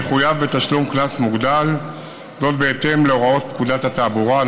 יחויב בתשלום קנס מוגדל בהתאם להוראות פקודת התעבורה .